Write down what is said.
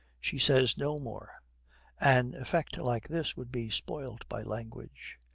she says no more an effect like this would be spoilt by language.